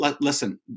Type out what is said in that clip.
listen